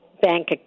bank